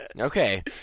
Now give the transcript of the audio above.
Okay